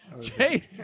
Jay